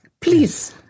please